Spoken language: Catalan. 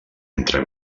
entre